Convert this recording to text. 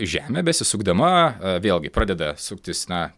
žemė besisukdama vėlgi pradeda suktis na